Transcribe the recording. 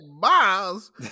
miles